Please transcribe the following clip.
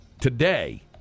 today